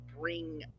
bring